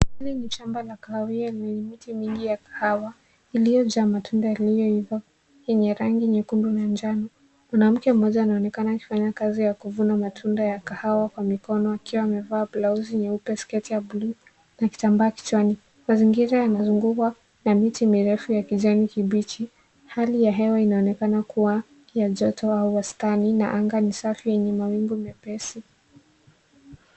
Hili ni shamba la kahawia lenye miti mingi ya kahawa kiliyojaa matunda iliyoiva yenye rangi nyekundu na njano. Kuna mke mmoja anaonekana akifanya kazi ya kuvuna matunda ya kahawa kwa mikono akiwa amevaa blauzi nyeupe, sketi ya bluu na kitambaa kichwani. Mazingira yanazungukwa na miti mirefu ya kijani kibichi. Hali ya hewa inaonekana kuwa ya joto au wastani na anga ni safi yenye mawingu mepesi.